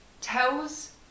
tells